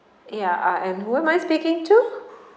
ya uh and who am I speaking to